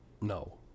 No